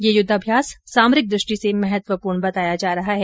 ये युद्वाभ्यास सामरिक दृष्टि से महत्वपूर्ण बताया जा रहा है